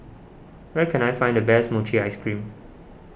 where can I find the best Mochi Ice Cream